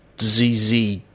ZZ